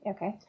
Okay